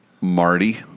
Marty